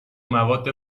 مواد